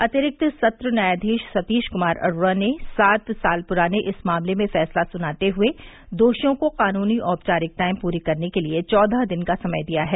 अतिरिक्त सत्र न्यायाधीश सतीश कुमार अरोड़ा ने सात साल पुराने इस मामले में फैसला सुनाते हए दोषियों को कानूनी औपचारिकताएं पूरी करने के लिए चौदह दिन का समय दिया है